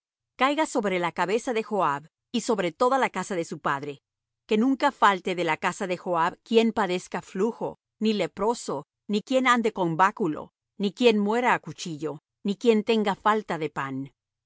caiga sobre la cabeza de joab y sobre toda la casa de su padre que nunca falte de la casa de joab quien padezca flujo ni leproso ni quien ande con báculo ni quien muera á cuchillo ni quien tenga falta de pan